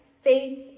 faith